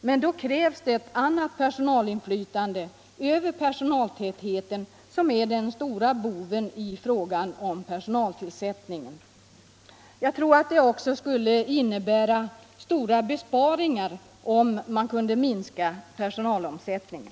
Men då krävs det ett annat personalinflytande över personaltätheten, som är den stora boven i frågan om personalomsättningen. Jag tror att det också skulle innebära stora besparingar om man kunde minska personalomsättningen.